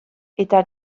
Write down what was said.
eta